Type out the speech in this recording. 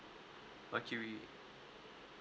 mercury